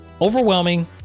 overwhelming